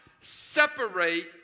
separate